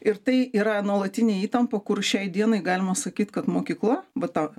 ir tai yra nuolatinė įtampa kur šiai dienai galima sakyt kad mokykla va ta